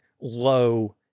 low